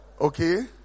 Okay